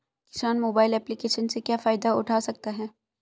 किसान mobile application से क्या फायदा उठा सकता है?